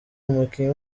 umukinnyi